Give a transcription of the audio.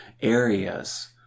areas